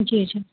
جی جی